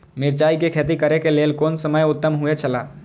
मिरचाई के खेती करे के लेल कोन समय उत्तम हुए छला?